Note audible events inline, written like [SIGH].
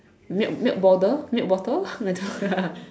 milk milk bottle milk bottle I don't know ya [LAUGHS]